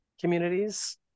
communities